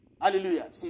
Hallelujah